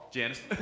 Janice